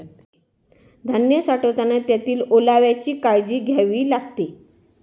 धान्य साठवताना त्यातील ओलाव्याची काळजी घ्यावी लागते